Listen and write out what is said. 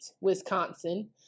Wisconsin